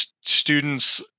students